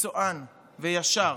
מקצוען וישר.